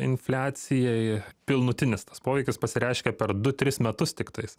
infliacijai pilnutinis tas poveikis pasireiškia per du tris metus tiktais